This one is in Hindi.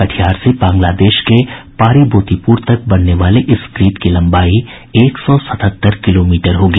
कटिहार से बांग्लादेश के पारिबोतीपुर तक बनने वाले इस ग्रिड की लंबाई एक सौ सतहत्तर किलोमीटर होगी